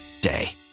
day